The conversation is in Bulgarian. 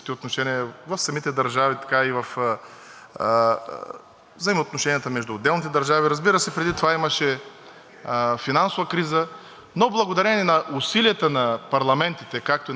финансова криза, но благодарение на усилията на парламентите, както и на българския парламент, тези кризи бяха преодолявани подобаващо. Но февруари месец